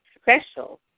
special